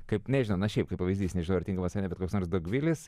kaip nežinau na šiaip kaip pavyzdys nežinau ar tinkamas ar ne bet koks nors dogvilis